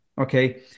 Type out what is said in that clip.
okay